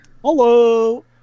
Hello